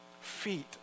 feet